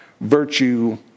virtue